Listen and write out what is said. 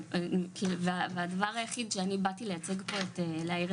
למערכת והדבר היחיד שאני באתי להציג פה, את להאיר